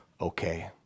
okay